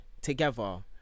together